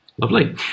Lovely